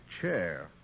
chair